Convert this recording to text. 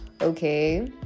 Okay